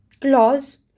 Clause